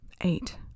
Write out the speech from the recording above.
Eight